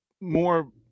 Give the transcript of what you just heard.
more